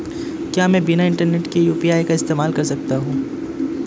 क्या मैं बिना इंटरनेट के यू.पी.आई का इस्तेमाल कर सकता हूं?